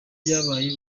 byabaye